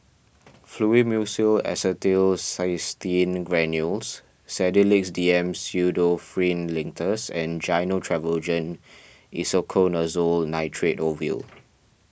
Fluimucil Acetylcysteine Granules Sedilix D M Pseudoephrine Linctus and Gyno Travogen Isoconazole Nitrate Ovule